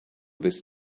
this